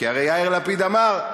כי הרי יאיר לפיד אמר: